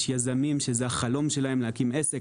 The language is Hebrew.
יש אנשים שהחלום שלהם להקים עסק,